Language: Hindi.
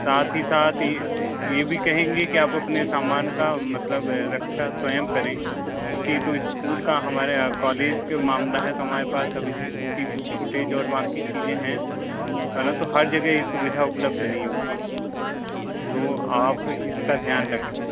साथी साथी ये भी कहेंगे कि आप अपने सामान का मतलब है रक्षा स्वयं करें क्योंकि तो स्कूल का हमारे कॉलेज का मामला है तो हमारे पास अभी C C T V footage और बाक़ी की चीज़ें हैं परंतु हर जगह ये सुविधा उपलब्ध नहीं होती तो आप इसका ध्यान रखें